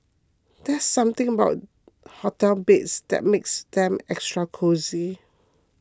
there's something about hotel beds that makes them extra cosy